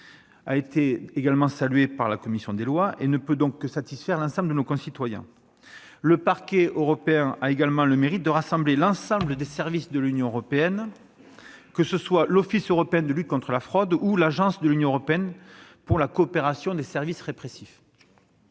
favorablement accueilli par notre commission des lois, ne peut que satisfaire l'ensemble de nos concitoyens. Le Parquet européen a également le mérite de rassembler l'ensemble des services de l'Union européenne, que ce soit l'Office européen de lutte antifraude ou l'Agence de l'Union européenne pour la coopération des services répressifs.